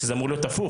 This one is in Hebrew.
שזה אמור להיות הפוך,